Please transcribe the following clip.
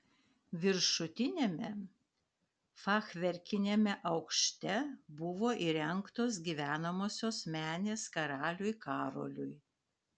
viršutiniame fachverkiniame aukšte buvo įrengtos gyvenamosios menės karaliui karoliui